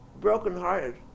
brokenhearted